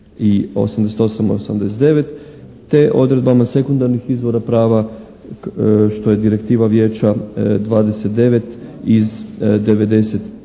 i 89., te odredbama sekundarnih izvora prava što je direktiva Vijeća 29